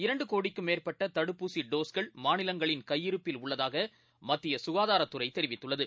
இரண்டுகோடிக்கும் மேற்பட்டதடுப்பூசிடோஸ்கள் மாநிலங்களின் கையிருப்பில் உள்ளதாகமத்தியசுகாதாரத்துறைதெரிவித்துள்ளது